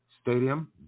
Stadium